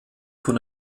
von